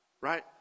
right